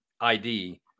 ID